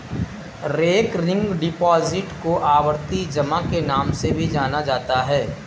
recurring deposit को आवर्ती जमा के नाम से भी जाना जाता है